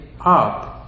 up